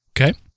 Okay